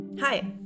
Hi